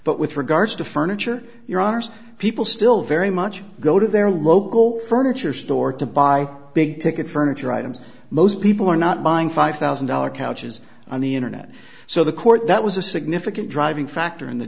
but with regards to furniture you're people still very much go to their local furniture store to buy big ticket furniture items most people are not buying five thousand dollar couches on the internet so the court that was a significant driving factor in the